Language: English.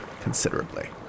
considerably